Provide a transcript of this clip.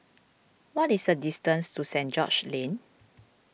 what is the distance to Saint George's Lane